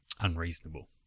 unreasonable